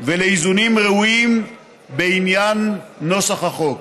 ולאיזונים ראויים בעניין נוסח החוק.